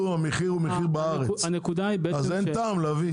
המחיר הוא המחיר בארץ אז אין טעם להביא.